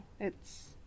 It's-